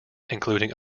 including